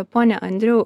pone andriau